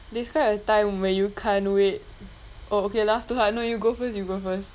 describe a time where you can't wait oh okay laughed too hard no you go first you go first